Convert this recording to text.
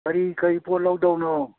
ꯀꯔꯤ ꯀꯔꯤ ꯄꯣꯠ ꯂꯧꯗꯧꯅꯣ